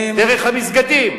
דרך המסגדים.